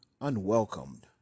Unwelcomed